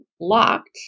locked